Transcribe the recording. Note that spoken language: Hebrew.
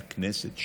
שהכנסת,